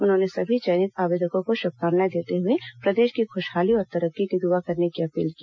उन्होने सभी चयनित आवेदकों को शुभकामनाएं देते हुए प्रदेश की खुशहाली और तरक्की की द्वा करने की अपील की